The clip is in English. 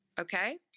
okay